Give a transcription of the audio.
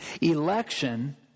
Election